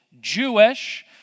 Jewish